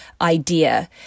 idea